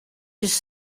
his